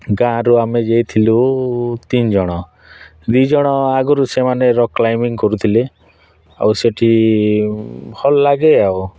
ଗାଁରୁ ଆମେ ଯାଇଥିଲୁ ତିନି ଜଣ ଦୁଇ ଜଣ ଆଗରୁ ସେମାନେ ରକ୍ କ୍ଲାଇମ୍ବିଂ କରୁଥିଲେ ଆଉ ସେଠି ଭଲ ଲାଗେ ଆଉ